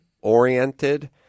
oriented